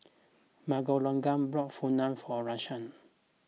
Miguelangel bought Pho for Rashaan